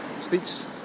speaks